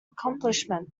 accomplishment